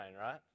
right